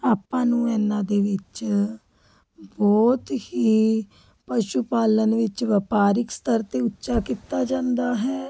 ਆਪਾਂ ਨੂੰ ਇਹਨਾਂ ਦੇ ਵਿੱਚ ਬਹੁਤ ਹੀ ਪਸ਼ੂ ਪਾਲਣ ਵਿੱਚ ਵਪਾਰਿਕ ਸਤਰ 'ਤੇ ਉੱਚਾ ਕੀਤਾ ਜਾਂਦਾ ਹੈ